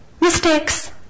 mistakes